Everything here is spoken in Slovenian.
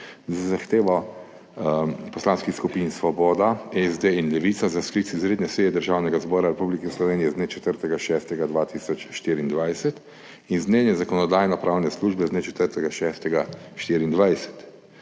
z zahtevo poslanskih skupin Svoboda, SD in Levica za sklic izredne seje Državnega zbora Republike Slovenije z dne 4. 6. 2024 in z mnenjem Zakonodajno-pravne službe z dne 4. 6. 2024.